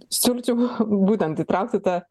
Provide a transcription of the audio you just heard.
siūlyčiau būtent įtraukti tą